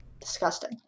disgusting